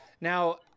now